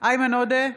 איימן עודה,